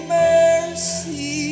mercy